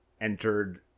entered